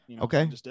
Okay